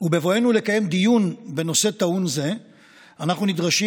ובבואנו לקיים דיון בנושא טעון זה אנחנו נדרשים